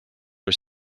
are